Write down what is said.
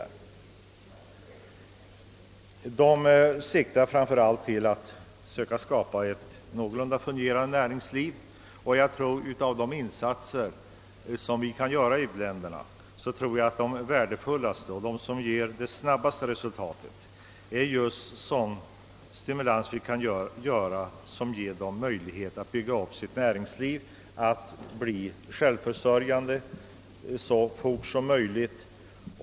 Det gäller framför allt att söka skapa ett någorlunda fungerande näringsliv. Jag tror att den värdefullaste insatsen som vi kan göra för u-länderna och den som ger det snabbaste resultatet är att hjälpa dem att bygga upp sitt eget näringsliv så att de blir självförsörjande så fort som möjligt.